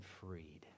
freed